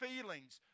feelings